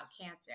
cancer